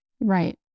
right